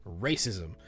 racism